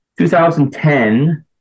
2010